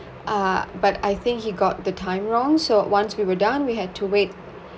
uh but I think he got the time wrong so once we were done we had to wait